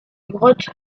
grotte